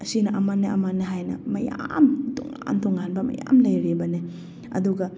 ꯑꯁꯤꯅ ꯑꯃꯅ ꯑꯃꯅ ꯍꯥꯏꯅ ꯃꯌꯥꯝ ꯇꯣꯉꯥꯟ ꯇꯣꯞꯉꯥꯟꯕ ꯃꯌꯥꯝ ꯂꯩꯔꯤꯕꯅꯦ ꯑꯗꯨꯒ